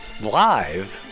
live